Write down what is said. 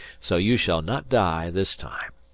so you shall not die this time.